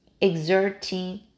exerting